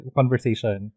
conversation